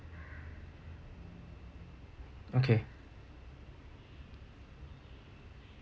okay